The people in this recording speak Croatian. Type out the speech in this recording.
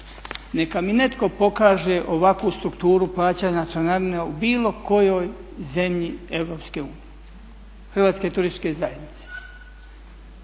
Neka mi netko pokaže ovakvu strukturu plaćanja članarine u bilo kojoj zemlji EU Hrvatske turističke zajednice?